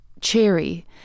cherry